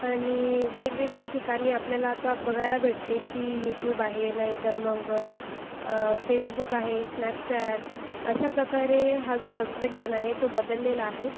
आणि वेगवेगळ्या ठिकाणी आपल्याला आता बघायला भेटते की यूट्युब आहे नाहीतर मग फेसबुक आहे आणि स्नॅप चॅट अशा प्रकारे हा जो तंत्रज्ञान आहे तो बदललेला आहे